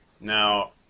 Now